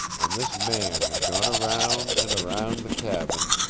and this man had gone around and around the cabin,